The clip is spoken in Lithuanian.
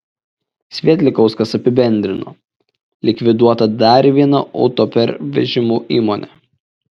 svietlikauskas apibendrino likviduota dar viena autopervežimų įmonė